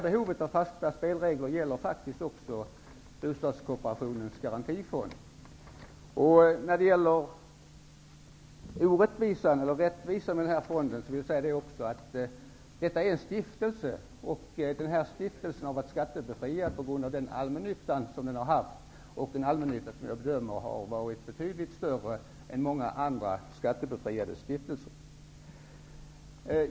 Behovet av fasta spelregler gäller faktiskt också När det gäller detta med orättvisa eller rättvisa i fråga om den här fonden vill jag säga att det handlar om en stiftelse. Denna stiftelse har varit skattebefriad på grund av den allmännytta som den har haft och som jag bedömer har varit betydligt större än vad som gäller för många andra skattebefriade stiftelser.